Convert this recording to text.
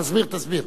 תסביר, תסביר.